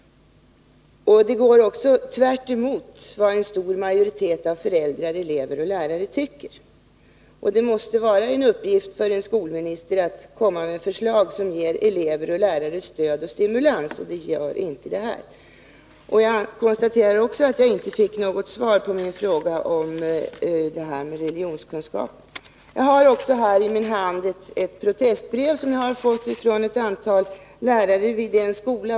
Det går också tvärtemot vad en stor majoritet av föräldrar, elever och lärare tycker. Det måste vara en uppgift för en skolminister att komma med förslag som ger elever och lärare stöd och stimulans, och det gör inte det här förslaget. Jag konstaterar att jag inte fick något svar på min fråga om religionskunskapen. Jag har här i min hand ett protestbrev. som jag har fått från ett antal lärare vid en skola.